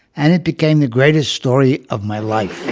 and it became the greatest story of my life